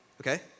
Okay